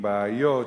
בעיות,